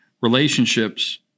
relationships